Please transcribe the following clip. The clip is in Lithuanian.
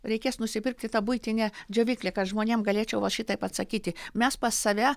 reikės nusipirkti tą buitinę džiovyklę kad žmonėm galėčiau va šitaip atsakyti mes pas save